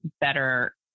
better